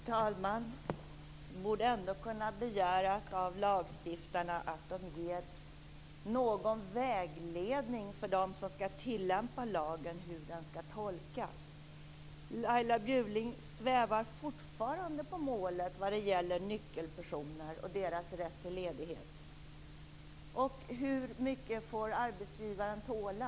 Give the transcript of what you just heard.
Herr talman! Det borde ändå kunna begäras av lagstiftarna att de ger någon vägledning om hur lagen skall tolkas för dem som skall tillämpa den. Laila Bjurling svävar fortfarande på målet vad gäller nyckelpersoner och deras rätt till ledighet. Hur mycket får arbetsgivaren tåla?